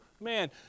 man